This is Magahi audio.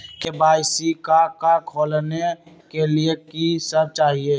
के.वाई.सी का का खोलने के लिए कि सब चाहिए?